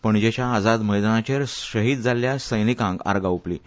पणजेच्या आझाद मैदानाचेर शहीद जाल्ल्या सैनिकांक आर्गां ओंपलीं